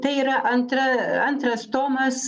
tai yra antra antras tomas